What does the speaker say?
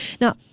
Now